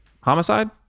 homicide